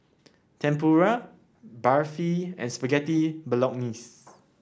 Tempura Barfi and Spaghetti Bolognese